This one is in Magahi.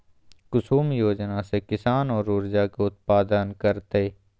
कुसुम योजना से किसान सौर ऊर्जा के उत्पादन करतय